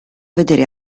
vedere